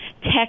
tech